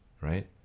right